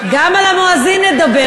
מה עם המואזין שמפריע, גם על המואזין נדבר.